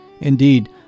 Indeed